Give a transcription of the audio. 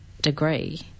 degree